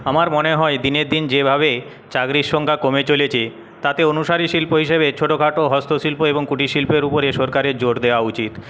আমার মনে হয় দিনের দিন যেভাবে চাকরির সংখ্যা কমে চলেছে তাতে অনুসারী শিল্প হিসাবে ছোটোখাটো হস্তশিল্প এবং কুটির শিল্পের উপরে সরকারের জোর দেওয়া উচিত